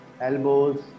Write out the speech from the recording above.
elbows